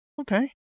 okay